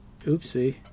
oopsie